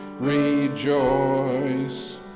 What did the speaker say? Rejoice